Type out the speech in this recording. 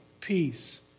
peace